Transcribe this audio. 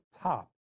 top